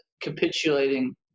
capitulating